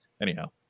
Anyhow